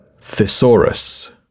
Thesaurus